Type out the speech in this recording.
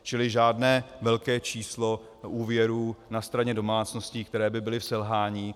Čili žádné velké číslo úvěrů na straně domácností, které by byly v selhání.